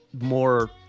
more